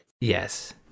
Yes